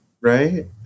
Right